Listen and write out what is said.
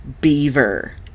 Beaver